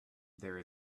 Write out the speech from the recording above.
there